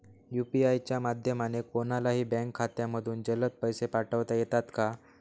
UPI च्या माध्यमाने कोणलाही बँक खात्यामधून जलद पैसे पाठवता येतात का?